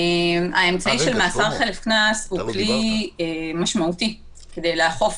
האמצעי של מאסר חלף קנס הוא כלי משמעותי כדי לאכוף,